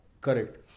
correct